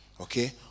okay